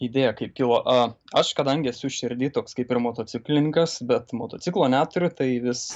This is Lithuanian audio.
idėja kaip kilo a aš kadangi esu širdy toks kaip ir motociklininkas bet motociklo neturiu tai vis